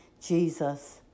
Jesus